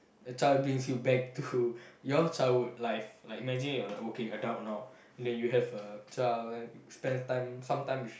a child brings you back to your childhood life like imagine you are working adult now and then you have a child then you spend time some time with